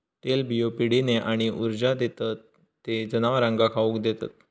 तेलबियो पिढीने आणि ऊर्जा देतत ते जनावरांका खाउक देतत